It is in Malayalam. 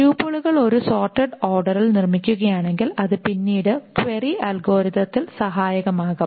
ട്യൂപ്പിളുകൾ ഒരു സോർട്ടഡ് ഓർഡറിൽ നിർമ്മിക്കുകയാണെങ്കിൽ അത് പിന്നീട് ക്വയറി അൽഗോരിതത്തിൽ സഹായകമാകും